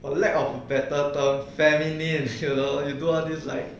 but the lack of the the feminine sia you do all this like